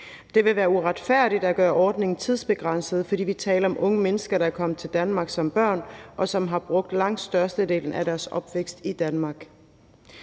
Det ville være uretfærdigt at gøre ordningen tidsbegrænset, for vi taler om unge mennesker, der er kommet til Danmark som børn, og som har tilbragt langt størstedelen af deres opvækst i Danmark.